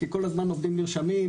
כי כל הזמן עובדים נרשמים,